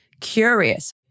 curious